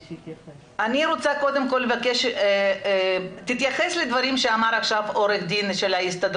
אני רוצה קודם כל שתתייחס לדברים שאמר עכשיו חגי הראל.